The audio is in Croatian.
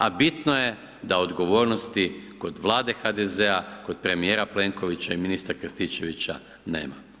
A bitno je da odgovornosti kod Vlade HDZ-a, kod premijera Plenkovića i ministra Krstičevića nema.